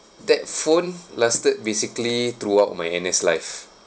that phone lasted basically throughout my N_S life